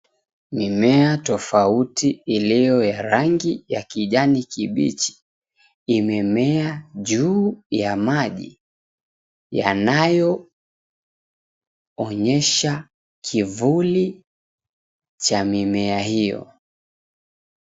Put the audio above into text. Mimea tofauti iliyo ya rangi ya kijani kibichi imemea juu ya maji yanayoonyesha kivuli cha mimea hiyo.